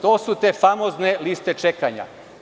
To su te famozne liste čekanja.